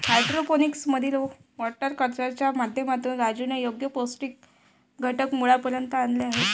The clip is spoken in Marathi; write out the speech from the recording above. हायड्रोपोनिक्स मधील वॉटर कल्चरच्या माध्यमातून राजूने योग्य पौष्टिक घटक मुळापर्यंत आणले आहेत